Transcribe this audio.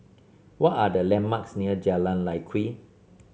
what are the landmarks near Jalan Lye Kwee